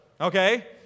okay